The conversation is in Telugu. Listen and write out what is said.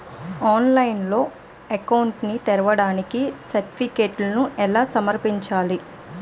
ఆన్లైన్లో అకౌంట్ ని తెరవడానికి సర్టిఫికెట్లను ఎలా సమర్పించాలి?